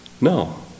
No